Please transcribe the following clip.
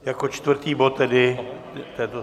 Jako čtvrtý bod tedy této...